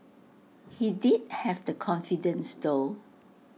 he did have the confidence though